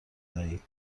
دهید